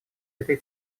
этой